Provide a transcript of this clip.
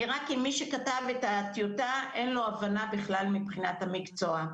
נראה כי מי שכתב את הטיוטה אין לו הבנה בכלל מבחינת המקצוע.